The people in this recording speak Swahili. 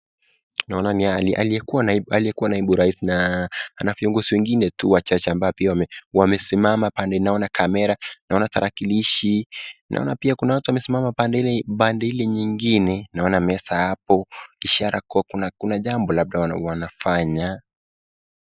Naona ni aliyekuwa naibu wa rais na ana viongozi wengine tu wachache ambao pia wamesimama pande ,naona kamera, naona tarakilishi, naona pia kuna watu wamesimama pande ile nyingine, naona meza hapo ishara kuwa kuna jambo labda wanafanya.